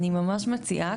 אני ממש מציעה,